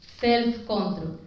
self-control